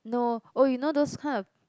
no oh you know those kind of